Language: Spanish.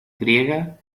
griega